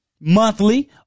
monthly